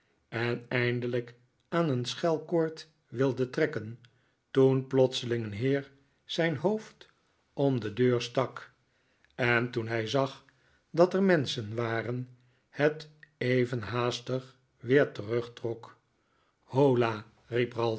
en eindelijk aan een schelkoord wilde trekken toen plotseling een heer zijn hoofd om een deur stak en toen hij zag dat er menschen waren het even haastig weer terugtrok hola